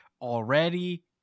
already